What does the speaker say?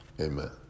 Amen